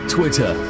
Twitter